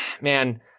man